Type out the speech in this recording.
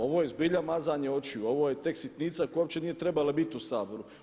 Ovo je zbilja mazanje očiju, ovo je tek sitnica koja uopće nije trebala biti u Saboru.